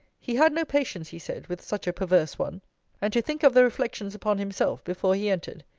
he had no patience, he said, with such a perverse one and to think of the reflections upon himself, before he entered.